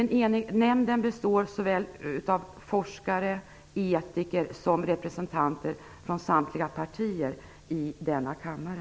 Nämnden består såväl av forskare och etiker som av representanter för samtliga partier i denna kammare.